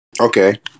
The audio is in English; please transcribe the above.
Okay